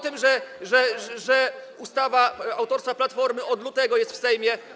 Tego, że ustawa autorstwa Platformy od lutego jest w Sejmie.